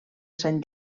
sant